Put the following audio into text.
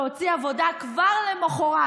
להוציא עבודה כבר למוחרת.